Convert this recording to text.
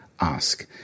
ask